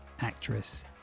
actress